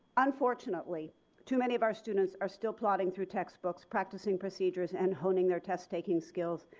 unfortunately too many of our students are still plodding through textbooks, practicing procedures and honing their test taking skills,